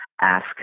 ask